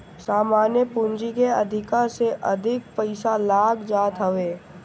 सामान्य पूंजी के अधिका से अधिक पईसा लाग जात हवे